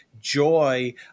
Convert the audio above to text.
joy